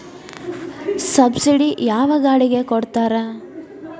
Subsidy ಯಾವ ಗಾಡಿಗೆ ಕೊಡ್ತಾರ?